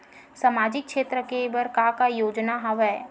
सामाजिक क्षेत्र के बर का का योजना हवय?